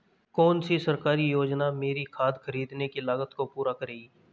कौन सी सरकारी योजना मेरी खाद खरीदने की लागत को पूरा करेगी?